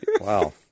Wow